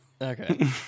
Okay